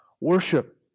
worship